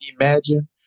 imagine